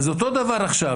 אותו דבר עכשיו,